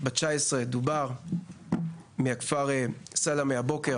בת ה-19, מהכפר סלמה, הבוקר.